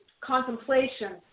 contemplation